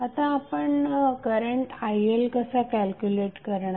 आता आपण करंटILकसा कॅल्क्युलेट करणार